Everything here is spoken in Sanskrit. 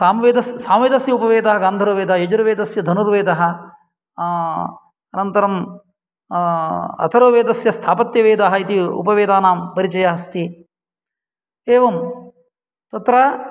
सामवेदस्य उपवेदः गान्धर्ववेदः यजुर्वेदस्य धनुर्वेदः अनन्तरम् अथर्ववेदस्य स्थापत्यवेदः इति उपवेदानां परिचयः अस्ति एवं तत्र